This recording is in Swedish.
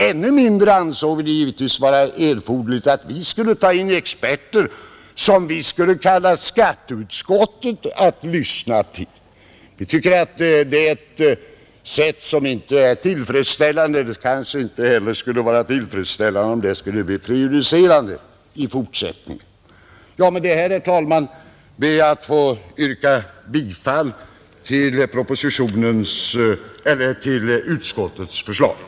Ännu mindre erforderligt ansåg vi det naturligtvis vara att ta in experter som vi sedan skulle kalla skatteutskottet att lyssna till. Vi tycker att detta tillvägagångssätt inte är tillfredsställande, och det kanske inte heller skulle vara tillfredsställande i fortsättningen, om det skulle bli prejudicerande. Med detta, herr talman, ber jag att få yrka bifall till konstitutionsutskottets hemställan.